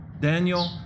Daniel